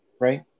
right